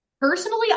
Personally